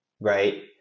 Right